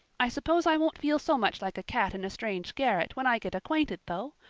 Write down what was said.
i suppose i won't feel so much like a cat in a strange garret when i get acquainted, though.